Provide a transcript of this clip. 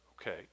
okay